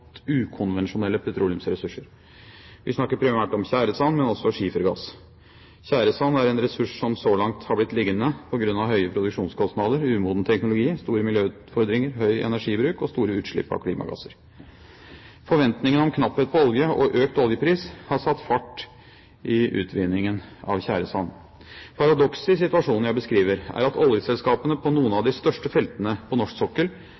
ukonvensjonelle petroleumsressurser. Vi snakker primært om tjæresand, men også om skifergass. Tjæresand er en ressurs som så langt har blitt liggende på grunn av høye produksjonskostnader, umoden teknologi, store miljøutfordringer, høy energibruk og store utslipp av klimagasser. Forventningene om knapphet på olje og økt oljepris har satt fart i utvinningen av tjæresand. Paradokset i situasjonen jeg beskriver, er at oljeselskapene på noen av de største feltene på norsk sokkel